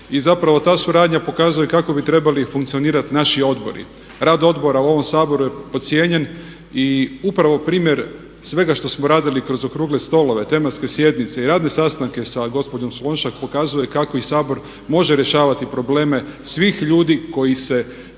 ta suradnja pokazuje kako bi trebali funkcionirati naši odbori. Rad odbora u ovom Saboru je podcijenjen i upravo primjer svega što smo radili kroz okrugle stolove, tematske sjednice i radne sastanke sa gospođom Slonjšak pokazuje kako i Sabor može rješavati probleme svih ljudi koji se tiču